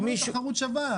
למה לא תחרות שווה?